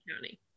County